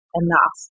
enough